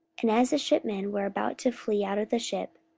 and as the shipmen were about to flee out of the ship,